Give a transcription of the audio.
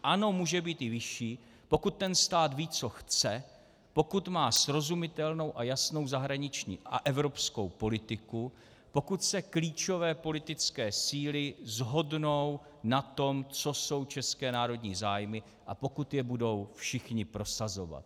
Ano, může být i vyšší, pokud ten stát ví, co chce, pokud má srozumitelnou a jasnou zahraniční a evropskou politiku, pokud se klíčové politické síly shodnou na tom, co jsou české národní zájmy, a pokud je budou všichni prosazovat.